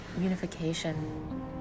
unification